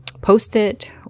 Post-it